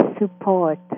support